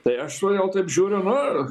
tai aš tuojau taip žiūriu nu